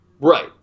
Right